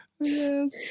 Yes